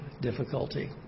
difficulty